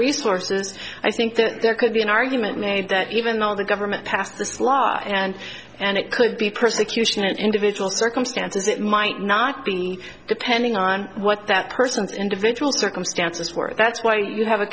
resources i think that there could be an argument made that even though the government passed this law and and it could be persecution in individual circumstances it might not be depending on what that person's individual circumstances were that's why you have a